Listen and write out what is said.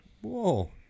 whoa